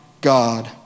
God